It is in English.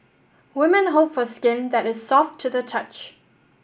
woman hope for skin that is soft to the touch